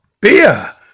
Beer